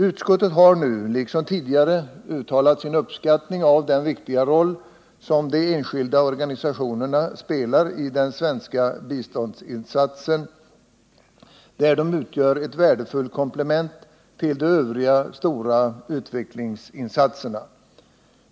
Utskottet har nu liksom tidigare uttalat sin uppskattning av den viktiga roll som de enskilda organisationerna spelar i den svenska biståndsverksamheten, där de utgör ett värdefullt komplement till de övriga stora utvecklingsinsatserna.